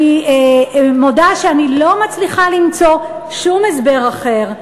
אני מודה שאני לא מצליחה למצוא שום הסבר אחר,